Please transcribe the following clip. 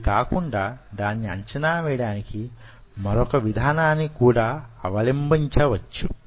ఇది కాకుండా దాన్ని అంచనా వేయడానికి మరొక విధానం కూడా అవలంబించవచ్చు